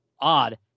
Odd